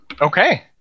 Okay